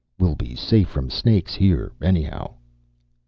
we'll be safe from snakes here, anyhow.